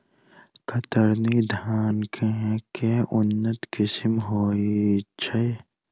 कतरनी धान केँ के उन्नत किसिम होइ छैय?